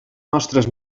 nostres